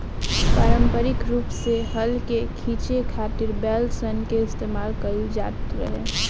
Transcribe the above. पारम्परिक रूप से हल के खीचे खातिर बैल सन के इस्तेमाल कईल जाट रहे